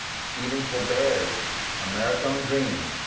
stephen colbert's americone dream,